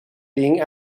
being